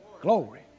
Glory